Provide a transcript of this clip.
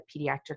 pediatric